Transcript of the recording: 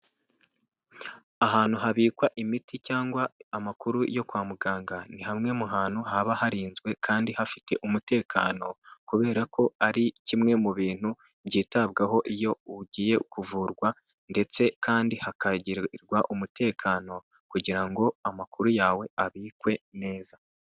Ahantu habikwa imiti cyangwa amakuru yo kwa muganga, ni hamwe mu hantu haba harinzwe kandi hafite umutekano, kubera ko ari kimwe mu bintu byitabwaho iyo ugiye kuvurwa, ndetse kandi hakagirirwa umutekano kugira ngo amakuru yawe abikwe neza.